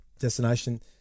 destination